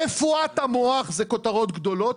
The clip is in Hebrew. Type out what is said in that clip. רפואת המוח, זה כותרות גדולות,